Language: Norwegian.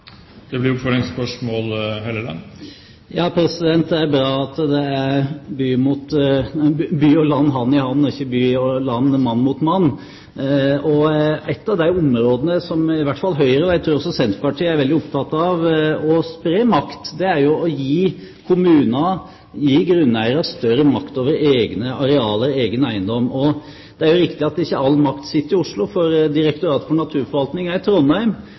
Det er bra at det er «by og land, hand i hand» og ikke «by og land, mann mot mann». Et av de områdene hvor i hvert fall Høyre – og jeg tror også Senterpartiet – er veldig opptatt av å spre makt, er: å gi kommuner, gi grunneiere større makt over egne arealer, egen eiendom. Det er jo riktig at ikke all makt sitter i Oslo. Direktoratet for naturforvaltning er i Trondheim,